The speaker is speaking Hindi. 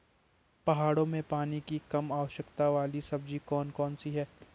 पहाड़ों में पानी की कम आवश्यकता वाली सब्जी कौन कौन सी हैं?